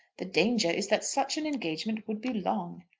the danger is that such an engagement would be long.